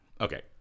okay